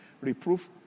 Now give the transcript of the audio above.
reproof